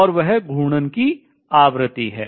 और वह घूर्णन की आवृत्ति है